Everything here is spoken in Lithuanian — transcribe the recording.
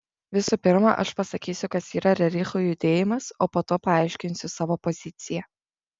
visų pirma aš pasakysiu kas yra rerichų judėjimas o po to paaiškinsiu savo poziciją